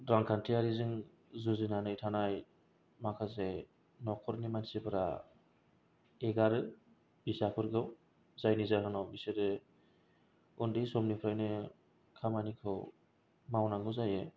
रांखान्थियारिजों जुजिनानै थानाय माखासे नखरनि मानसिफोरा एगारो फिसाफोरखौ जायनि जहाहोनाव बिसोरो उन्दै समनिफ्रायनो खामानिखौ मावनांगौ जायो